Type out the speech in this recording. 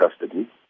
custody